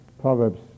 Proverbs